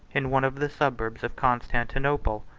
in one of the suburbs of constantinople,